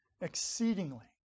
exceedingly